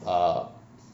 err